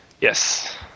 Yes